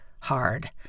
hard